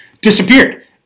disappeared